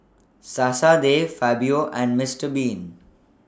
Sasa De Fabio and Mister Bean